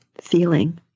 feeling